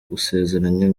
gusezeranya